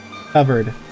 Covered